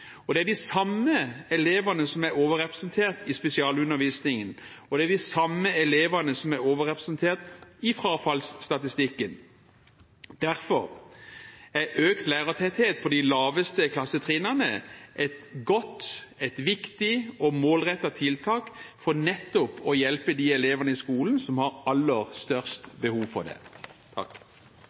Det er de samme elevene som er overrepresentert i spesialundervisningen, og det er de samme elevene som er overrepresentert i frafallsstatistikken. Derfor er økt lærertetthet på de laveste klassetrinnene et godt, viktig og målrettet tiltak for nettopp å hjelpe de elevene i skolen som har aller størst behov for det.